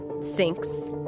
sinks